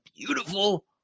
beautiful